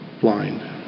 blind